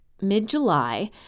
mid-July